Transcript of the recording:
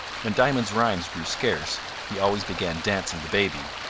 when diamond's rhymes grew scarce, he always began dancing the baby.